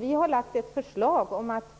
Vi har lagt fram ett förslag om att